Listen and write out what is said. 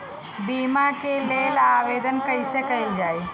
बीमा के लेल आवेदन कैसे कयील जाइ?